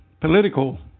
political